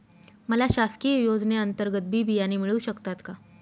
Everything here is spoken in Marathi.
मला शासकीय योजने अंतर्गत बी बियाणे मिळू शकतात का?